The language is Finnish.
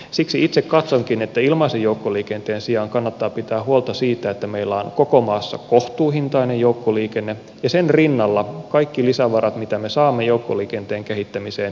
siksi itse katsonkin että ilmaisen joukkoliikenteen sijaan kannattaa pitää huolta siitä että meillä on koko maassa kohtuuhintainen joukkoliikenne ja sen rinnalla kaikki lisävarat mitä me saamme joukkoliikenteen kehittämiseen